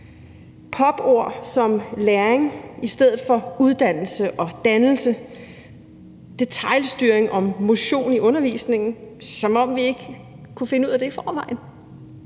popord som læring i stedet for uddannelse og dannelse, detailstyring om motion i undervisningen – som om vi ikke kunne finde ud af det i forvejen